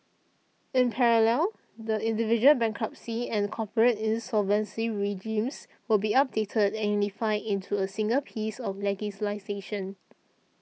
in parallel the individual bankruptcy and corporate insolvency regimes will be updated and unified into a single piece of